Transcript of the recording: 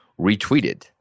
retweeted